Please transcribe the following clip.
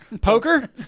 Poker